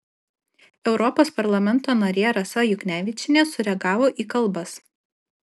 europos parlamento narė rasa juknevičienė sureagavo į kalbas